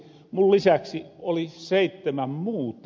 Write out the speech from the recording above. mun lisäksi oli seittemän muuta